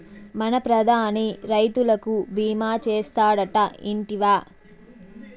మన ప్రధాని రైతులకి భీమా చేస్తాడటా, ఇంటివా